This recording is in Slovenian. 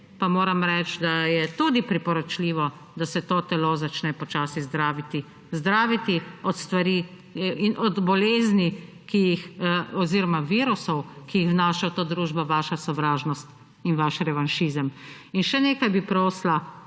pa moram reči, da je tudi priporočljivo, da se to telo začne počasi zdraviti; zdraviti od stvari in od bolezni oziroma virusov, ki jih vnaša v to družbo vaša sovražnost in vaš revanšizem. Še nekaj bi prosila,